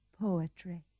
poetry